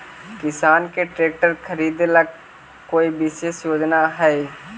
किसान के ट्रैक्टर खरीदे ला कोई विशेष योजना हई?